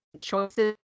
choices